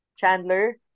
Chandler